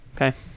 Okay